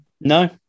no